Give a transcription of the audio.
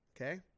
Okay